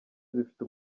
zifite